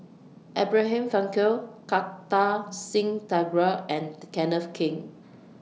Abraham Frankel Kartar Singh Thakral and Kenneth Keng